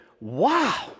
wow